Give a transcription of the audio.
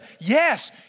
yes